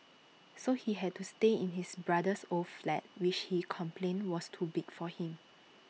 so he had to stay in his brother's old flat which he complained was too big for him